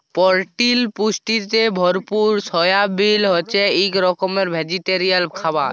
পরটিল পুষ্টিতে ভরপুর সয়াবিল হছে ইক রকমের ভেজিটেরিয়াল খাবার